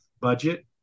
budget